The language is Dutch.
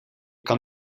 kan